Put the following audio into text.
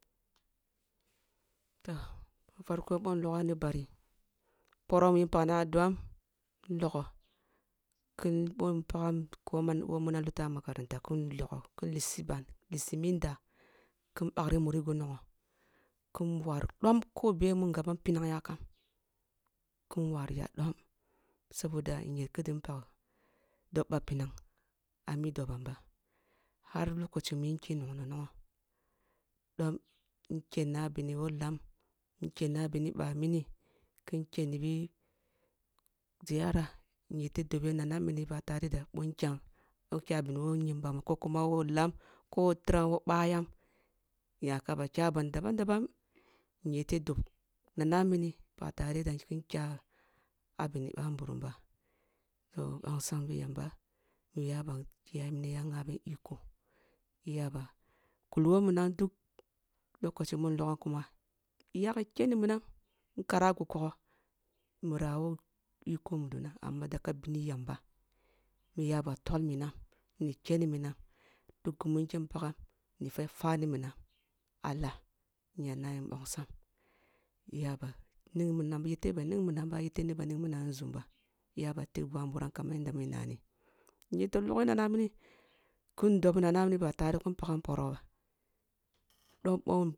Toh da farko boh nogam ni bari purom nyin pak ni aduam kin logoh kin bom koman who munam a luta a mkaranta kun logoh kin lissi ban lissi mi nda kin bagri muri gu nongoh, kin wari dom ko beh mun gaban pi am yankam kin wariya dom saboda inyar kadin pak dob ba pinang ami dobam ba fai lokaci mun nken nong nongoh dom in kenna a bini who lam inkenna a bini who ba mini kin kenni bi ziyara, in yeteh doben nana mini ba tereh da boh nkyam boh nkya a bini who nyimbam ko kuma who kam, ko tiram ko ye bayam inyaka ba kyaban daban daban inyefeh dob nana mini ba tareh da kin kya a bini bambwum ba so mblongsam bi tamba mu iyaba ngaban iko iyaba kulli who minan duk lokaaci mun logahn kuma iyaka keni minam in kara a ku kogoh in bira who iko mudona amma daga bin yamba muya ba tol minam ni keni minam duk gumi nkyam pakam ni isa fwani minan a lah inya nabi mbongsam mu iyaba ning minan iyete ba ning min am ba ning minam a nzum ba iyaba tigh bugu a mmuram kaman yanda mun nani, inyete logh nana nib a kin pah porih bah